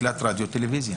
מקלט רדיו או טלוויזיה".